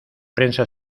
prensa